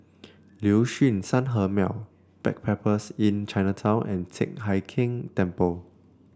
Liuxun Sanhemiao Backpackers Inn Chinatown and Teck Hai Keng Temple